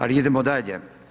Ali idemo dalje.